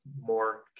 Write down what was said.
more